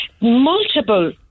multiple